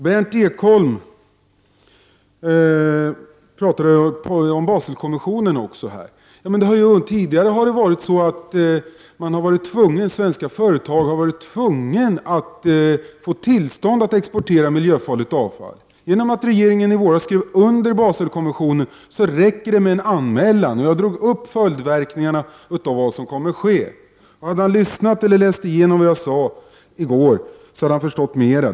Berndt Ekholm talade om Baselkonventionen. Tidigare har det varit så att svenska företag har varit tvungna att få tillstånd för att exportera miljöfarligt avfall. Genom att regeringen i våras skrev under Baselkonventionen räcker det med en anmälan. Jag drog upp följdverkningarna av det som kan ske. Om Berndt Ekholm lyssnat på eller läst igenom vad jag sade i går hade han förstått mera.